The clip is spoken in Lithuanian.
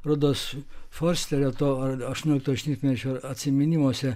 rodos fosterio to aštuoniolikto šimtmečio atsiminimuose